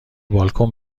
بالکن